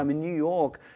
i mean new york,